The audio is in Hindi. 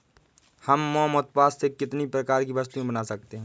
हम मोम उत्पाद से कितने प्रकार की वस्तुएं बना सकते हैं?